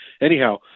anyhow